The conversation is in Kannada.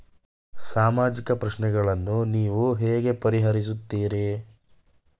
ಸಾಮಾಜಿಕ ಪ್ರಶ್ನೆಗಳನ್ನು ನೀವು ಹೇಗೆ ಪರಿಹರಿಸುತ್ತೀರಿ?